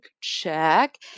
check